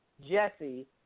Jesse